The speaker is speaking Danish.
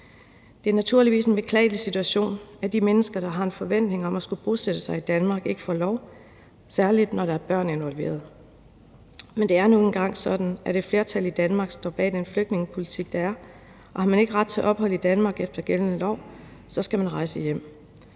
Det er naturligvis en beklagelig situation, at de mennesker, der har en forventning om at skulle bosætte sig i Danmark, ikke får lov, særlig når der er børn involveret. Men det er nu engang sådan, at et flertal i Danmark står bag den flygtningepolitik, der er, og har man ikke ret til ophold i Danmark efter gældende lov, skal man rejse hjem.